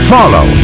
Follow